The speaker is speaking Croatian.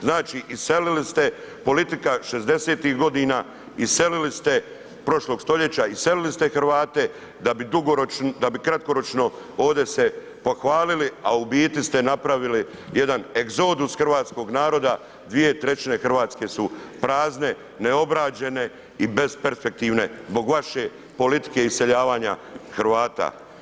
Znači, iselili ste, politika 60-ih godina, iselili ste, prošlog stoljeća, iselili ste Hrvate, da bi kratkoročno ovdje se pohvalili, a u biti ste napravili jedan egzodus hrvatskog naroda, 2/3 Hrvatske su prazne, neobrađene i besperspektivne zbog vaše politike iseljavanja Hrvata.